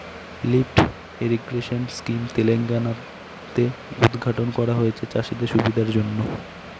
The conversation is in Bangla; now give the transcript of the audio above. লিফ্ট ইরিগেশন স্কিম তেলেঙ্গানা তে উদ্ঘাটন করা হয়েছে চাষীদের সুবিধার জন্য